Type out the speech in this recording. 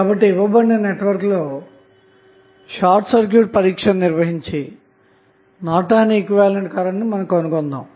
కాబాట్టి ఇవ్వబడిన నెట్వర్క్లో short circuit పరీక్షను నిర్వహించి నార్టన్ ఈక్వివలెంట్ కరెంట్ ను కనుక్కొందాము